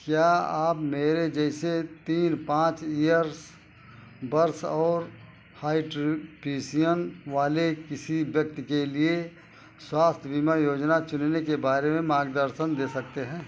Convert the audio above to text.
क्या आप मेरे जैसे तीन पाँच ईयर्स वर्ष और हाइट्रपीसीयन वाले किसी व्यक्ति के लिए स्वास्थ्य बीमा योजना चुनने के बारे में मार्गदर्शन दे सकते हैं